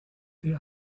the